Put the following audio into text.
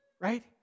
Right